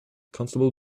constable